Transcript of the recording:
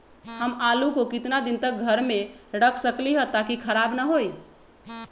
हम आलु को कितना दिन तक घर मे रख सकली ह ताकि खराब न होई?